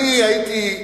אני הייתי,